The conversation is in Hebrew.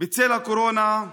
ובצל הקורונה,